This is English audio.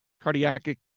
cardiac